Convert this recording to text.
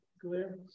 glare